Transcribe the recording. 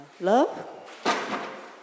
love